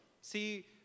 See